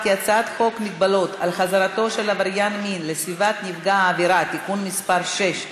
חוק מגבלות על חזרתו של עבריין מין לסביבת נפגע העבירה (תיקון מס' 6),